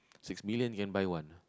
six million can buy one ah